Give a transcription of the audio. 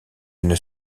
une